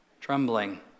trembling